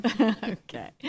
Okay